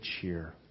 cheer